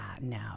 no